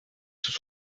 sous